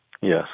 Yes